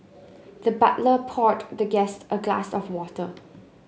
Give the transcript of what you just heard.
the butler poured the guest a glass of water